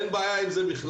אין בעיה עם זה בכלל.